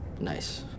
Nice